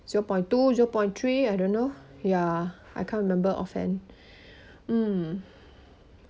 zero point two zero point three I don't know ya I can't remember offhand mm